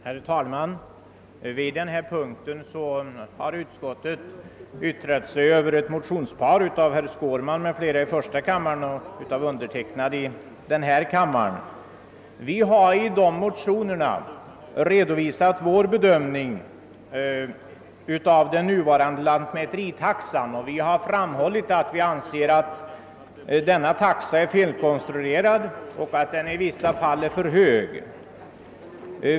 Herr talman! Under denna punkt har utskottet yttrat sig över två likalydande motioner, som i första kammaren undertecknats av herr Skårman m.fl. och i andra kammaren av mig och några andra ledamöter. Vi har i dessa motioner redovisat vår bedömning av den nuvarande lantmäteritaxan. Vi har framhållit att vi anser att denna taxa är felkonstruerad och i vissa fall för hög.